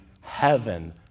heaven